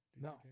No